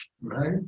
Right